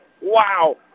Wow